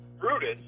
Brutus